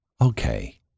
okay